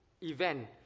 event